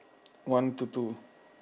one to two